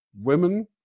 Women